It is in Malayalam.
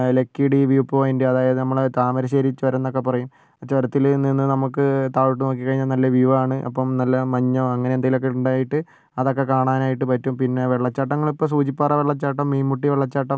ലക്കിടി വ്യൂ പോയിൻറ്റ് അതായത് നമ്മളെ താമരശ്ശേരി ചൊരംന്നൊക്കെ പറയും ആ ചൊരത്തിൽ ചെന്ന്നിന്ന് നമുക്ക് താഴോട്ട് നോക്കിക്കഴിഞ്ഞാൽ നാലാൾ വ്യൂ ആണ് അപ്പം നല്ല മഞ്ഞ് അങ്ങനെ എന്തെങ്കിലും ഒക്കെ ഉണ്ടായിട്ട് അതൊക്കെ കാണാനായിട്ട് പറ്റും പിന്നെ വെള്ളച്ചാട്ടങ്ങൾ ഇപ്പോൾ സൂചിപ്പാറ വെള്ളച്ചാട്ടം മീൻമുട്ടി വെള്ളച്ചാട്ടം